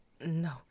No